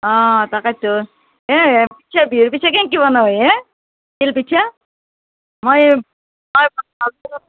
অঁ তাকেইতো এ বিহুৰ পিঠা কেনকৈ বনায় এ তিলপিঠা মই